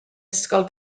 ysgol